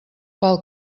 pel